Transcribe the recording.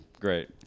Great